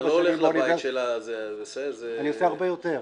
אבל לא הולך לבית של --- אני עושה הרבה יותר.